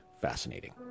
fascinating